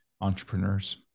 entrepreneurs